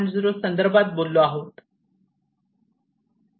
0 संदर्भात बोललो आहोत